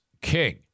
King